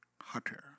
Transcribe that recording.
Hotter